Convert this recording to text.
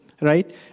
right